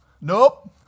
Nope